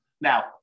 Now